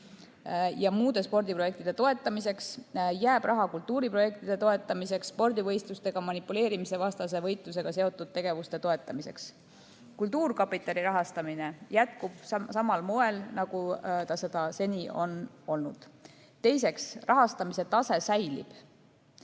ja muude spordiprojektide toetamiseks, jääb raha kultuuriprojektide toetamiseks, spordivõistlustega manipuleerimise vastase võitlusega seotud tegevuste toetamiseks, kultuurkapitali rahastamine jätkub samal moel, nagu ta seda seni on olnud. Teiseks, rahastamise tase säilib.